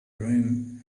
urim